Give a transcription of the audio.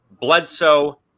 Bledsoe